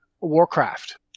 Warcraft